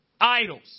idols